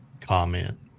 comment